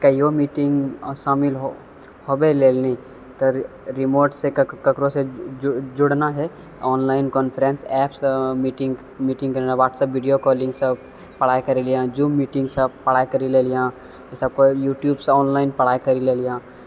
कहियो मीटिङ्ग शामिल हो होबै लेल नहि तऽ रि रिमोटसँ ककरोसँ जु जुड़ना हइ ऑनलाइन कॉन्फ्रेंस एप्पसँ मीटिङ्ग मीटिङ्ग करनाइ रहै व्हाट्सअप वीडियो कॉलिंगसँ पढ़ाइ करिलेलियैहँ जूम मीटिंगसँ पढ़ाइ करिलेलियैहँ युट्यूबसँ ऑनलाइन पढ़ाइ करिलेलियैहँ